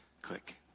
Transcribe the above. click